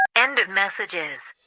end of messages